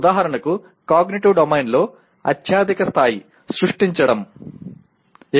ఉదాహరణకు cognitive domain లో అత్యధిక స్థాయి 'సృష్టించడం'